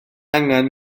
angen